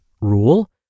rule